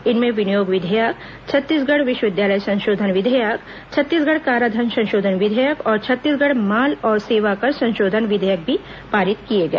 इनमें विनियोग विधेयक छत्तीसगढ़ विश्वविद्यालय संशोधन विधेयक छत्तीसगढ़ कराधान संशोधन विधेयक और छत्तीसगढ़ माल और सेवाकर संशोधन विधेयक भी पारित किए गए